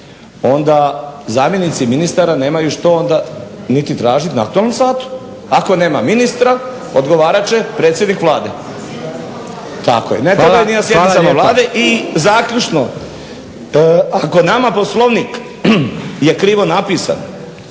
onda zamjenici ministara nemaju što onda niti tražiti na tom satu. Ako nema ministra odgovarat će predsjednik Vlade. Tako je, … sjednicama Vlade. I zaključno, ako nama Poslovnik je krivo napisan